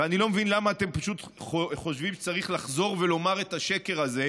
ואני לא מבין למה אתם פשוט חושבים שצריך לחזור ולומר את השקר הזה: